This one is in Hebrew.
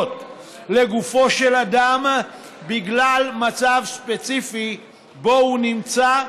לגופו של אדם בגלל מצב ספציפי שבו הוא נמצא,